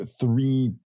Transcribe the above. three